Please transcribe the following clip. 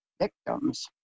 victims